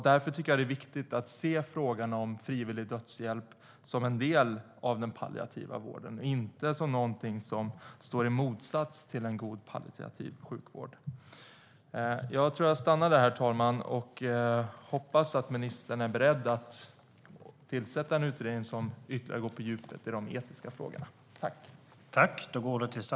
Därför tycker jag att det är viktigt att se frågan om frivillig dödshjälp som en del av den palliativa vården och inte som någonting som står i motsats till en god palliativ sjukvård. Jag stannar där och hoppas att ministern är beredd att tillsätta en utredning som ytterligare går på djupet i de etiska frågorna.